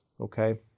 okay